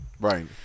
Right